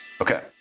okay